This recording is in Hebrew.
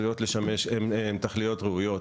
הן תכליות ראויות